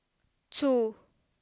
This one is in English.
two